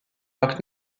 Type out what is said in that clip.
parc